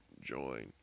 join